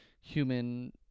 human